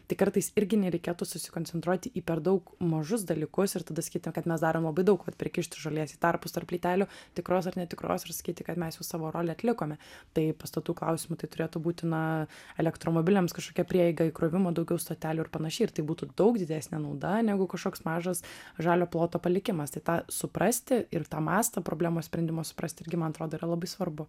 tai kartais irgi nereikėtų susikoncentruoti į per daug mažus dalykus ir tada sakyt mes darom labai daug bet prikišti žolės į tarpus tarp plytelių tikros ar netikros ir sakyti kad mes jau savo rolę atlikome tai pastatų klausimu tai turėtų būti na elektromobiliams kažkokia prieiga įkrovimo daugiau stotelių ir panašiai ir tai būtų daug didesnė nauda negu kažkoks mažas žalio ploto palikimas tai tą suprasti ir tą mastą problemos sprendimo suprasti irgi man atrodo yra labai svarbu